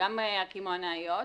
וגם הקמעונאיות,